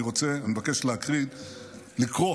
אני מבקש לקרוא